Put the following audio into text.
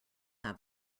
have